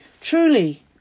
Truly